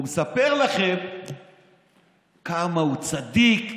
והוא מספר לכם כמה הוא צדיק,